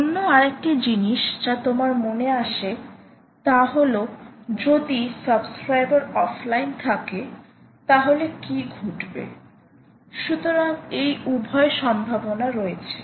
অন্য আরেকটি জিনিস যা তোমার মনে আসে তা হল যদি সাবস্ক্রাইবার অফলাইনে থাকে তাহলে কি ঘটবে সুতরাং এই উভয় সম্ভাবনা রয়েছে